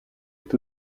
est